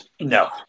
No